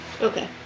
Okay